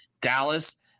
Dallas